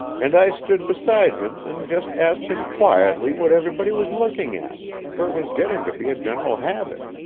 and i stood beside him and just asked him quietly what everybody was looking at, for it was getting to be a general habit.